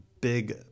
big